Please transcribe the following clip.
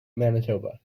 manitoba